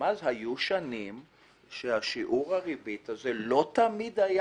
היו שנים ששיעור הריבית הזה לא תמיד היה